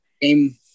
Game